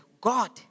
God